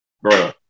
bro